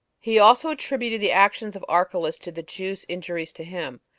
he also attributed the actions of archlaus to the jews' injuries to him,